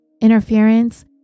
interference